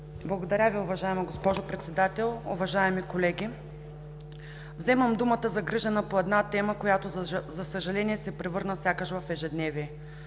Благодаря Ви, уважаема госпожо Председател. Уважаеми колеги, вземам думата загрижена по една тема, която, за съжаление, се превърна сякаш в ежедневие.